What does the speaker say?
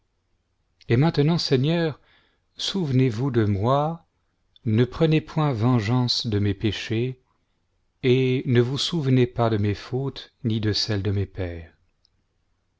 et maintenant seigneur souvenezvous de moi ne prenez point vengeance de mes péchés et ne vous souvenez pas de mes fautes ni de celles de mes pères